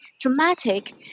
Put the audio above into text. dramatic